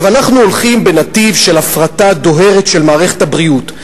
אנחנו הולכים בנתיב של הפרטה דוהרת של מערכת הבריאות,